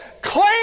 claim